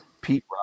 Pete